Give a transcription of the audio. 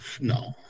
No